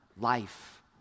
life